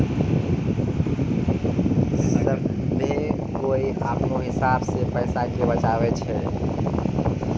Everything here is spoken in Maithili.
सभ्भे कोय अपनो हिसाब से पैसा के बचाबै छै